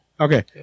Okay